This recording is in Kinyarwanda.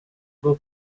bwo